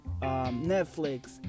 Netflix